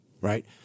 Right